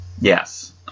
Yes